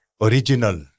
original